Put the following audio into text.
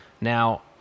Now